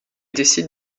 décide